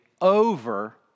over